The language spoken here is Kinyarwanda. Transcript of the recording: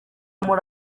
muri